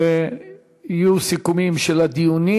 ויהיו סיכומים של הדיונים.